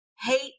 hate